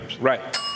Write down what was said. Right